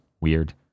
weird